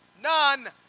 none